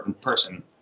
person